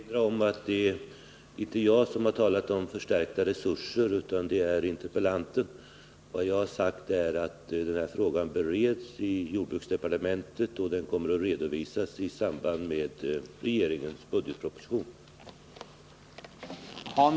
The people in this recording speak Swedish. Herr talman! Jag vill bara erinra om att det inte är jag som har talat om förstärkta resurser utan att det är interpellanten. Vad jag har sagt är att frågan bereds i jordbruksdepartementet och att den kommer att redovisas i samband med regeringens budgetproposition.